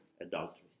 adultery